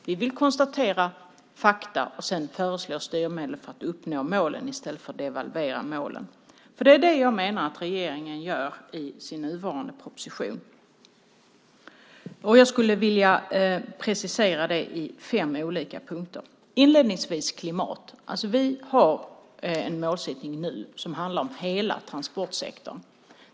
Vi vill konstatera fakta och sedan föreslå styrmedel för att uppnå målen i stället för att devalvera målen. Det är det jag menar att regeringen gör i sin nuvarande proposition, och jag skulle vilja precisera det i fem olika punkter. Inledningsvis har vi klimatet. Vi har alltså en målsättning nu som handlar om hela transportsektorn.